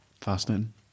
Fascinating